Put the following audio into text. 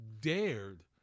dared